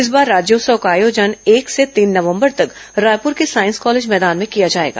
इस बार राज्योत्सव का आयोजन एक से तीन नवम्बर तक रायपुर के साईस कॉलेज मैदान में किया जाएगा